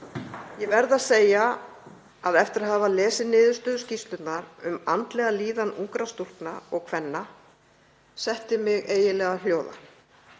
Ég verð að segja að eftir að hafa lesið niðurstöður skýrslunnar um andlega líðan ungra stúlkna og kvenna setti mig eiginlega hljóða.